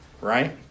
right